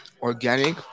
organic